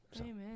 Amen